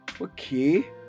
okay